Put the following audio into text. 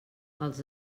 els